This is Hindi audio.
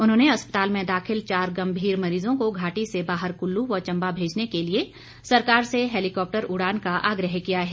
उन्होंने अस्पताल में दाखिल चार गंभीर मरीजों को घाटी से बाहर कुल्लू व चंबा भेजने के लिए सरकार से हैलीकॉप्टर उड़ान का आग्रह किया है